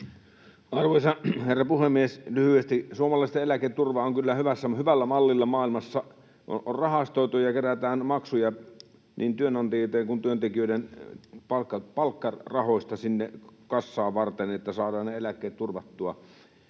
Arvoisa herra puhemies! Lyhyesti: Suomalaisten eläketurva on kyllä hyvällä mallilla maailmassa. On rahastoitu ja kassaa varten kerätään maksuja niin työnantajilta kuin työntekijöiden palkkarahoista, jotta saadaan eläkkeet turvattua.